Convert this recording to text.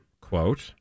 quote